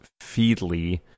Feedly